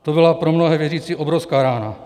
To byla pro mnohé věřící obrovská rána.